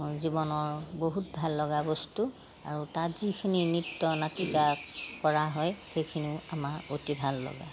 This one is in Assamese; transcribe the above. জীৱনৰ বহুত ভাল লগা বস্তু আৰু তাত যিখিনি নৃত্য নাটিকা কৰা হয় সেইখিনিও আমাৰ অতি ভাল লগা